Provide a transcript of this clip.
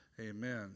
Amen